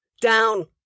Down